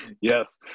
yes